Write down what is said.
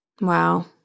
Wow